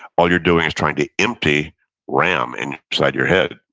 all you're doing is trying to empty ram and inside your head.